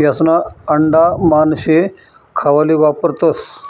यास्ना आंडा मानशे खावाले वापरतंस